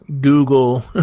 Google